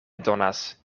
donas